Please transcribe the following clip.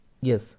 Yes